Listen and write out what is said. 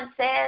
says